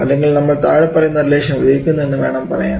അല്ലെങ്കിൽ നമ്മൾ താഴെ പറയുന്ന റിലേഷൻ ഉപയോഗിക്കുന്നു എന്ന് വേണം പറയാൻ